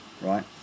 right